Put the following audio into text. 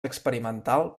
experimental